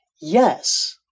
Yes